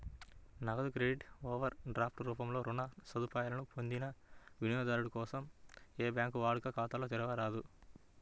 నగదు credit, overdraft రూపంలో రుణ సదుపాయాలను పొందిన వినియోగదారుల కోసం ఏ బ్యాంకూ వాడుక ఖాతాలను తెరవరాదు